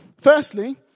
firstly